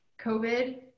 covid